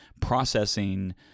processing